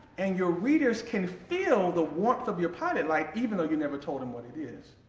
and your readers can feel the warmth of your pilot light even though you never told them what it is.